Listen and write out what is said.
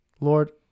Lord